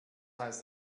heißt